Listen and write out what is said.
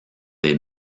des